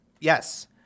Yes